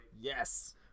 Yes